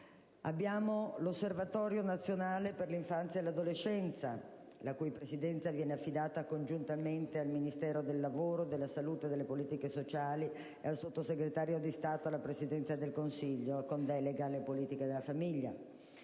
Abbiamo poi l'Osservatorio nazionale per l'infanzia e l'adolescenza, la cui Presidenza viene affidata congiuntamente al Ministro del lavoro e delle politiche sociali e al Sottosegretario di Stato alla Presidenza del Consiglio con delega alle politiche della famiglia.